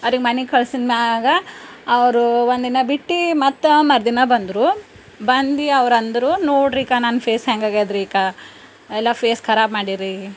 ಅವ್ರಿಗೆ ಮನೆಗೆ ಕಳ್ಸಿದ ಮ್ಯಾಲ ಅವ್ರೂ ಒಂದಿನ ಬಿಟ್ಟು ಮತ್ತೆ ಮರ್ದಿನ ಬಂದರು ಬಂದು ಅವ್ರು ಅಂದರು ನೋಡಿರಿ ಕಾ ನನ್ನ ಫೇಸ್ ಹೆಂಗ ಆಗೇದ್ರೀ ಕಾ ಎಲ್ಲ ಫೇಸ್ ಖರಾಬು ಮಾಡೀರಿ